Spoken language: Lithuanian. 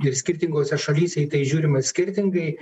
ir skirtingose šalyse į tai žiūrima skirtingai